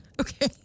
Okay